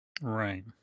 Right